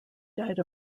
died